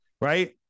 right